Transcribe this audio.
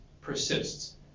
persists